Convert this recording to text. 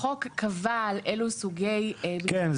החוק קבע על אילו סוגי בנייה --- כן,